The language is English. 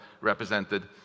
represented